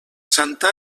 santa